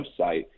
website